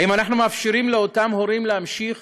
האם אנחנו מאפשרים לאותם הורים להמשיך